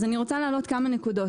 אני רוצה להעלות כמה נקודות.